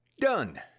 Done